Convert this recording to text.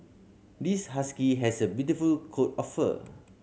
this husky has a beautiful coat of fur